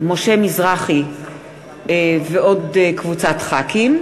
משה מזרחי וקבוצת חברי הכנסת,